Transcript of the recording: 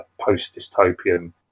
post-dystopian